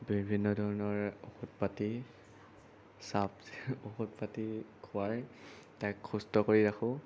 বিভিন্ন ধৰণৰ ঔষধ পাতি চাফ ঔষধ পাতি খুৱাই তাক সুস্থ কৰি ৰাখোঁ